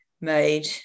made